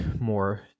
more